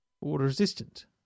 water-resistant